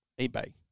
eBay